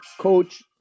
coach